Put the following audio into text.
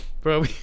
Bro